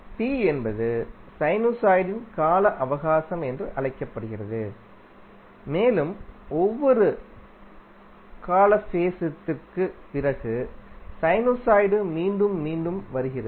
T என்பது சைனுசாய்டின் கால அவகாசம் என்று அழைக்கப்படுகிறது மேலும் ஒவ்வொரு காலஃபேஸ் த்திற்கு பிறகு சைனசாய்டு மீண்டும் மீண்டும் வருகிறது